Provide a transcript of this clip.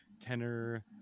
tenor